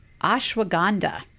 ashwagandha